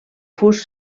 fust